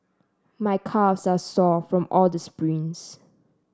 my calves are sore from all the sprints